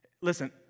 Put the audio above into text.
Listen